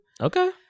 Okay